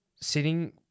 sitting